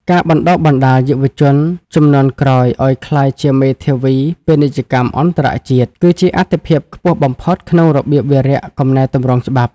ការបណ្ដុះបណ្ដាលយុវជនជំនាន់ក្រោយឱ្យក្លាយជាមេធាវីពាណិជ្ជកម្មអន្តរជាតិ គឺជាអាទិភាពខ្ពស់បំផុតក្នុងរបៀបវារៈកំណែទម្រង់ច្បាប់។